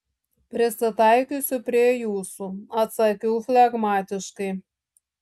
prisitaikysiu prie jūsų atsakiau flegmatiškai